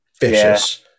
Vicious